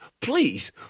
Please